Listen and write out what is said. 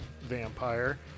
vampire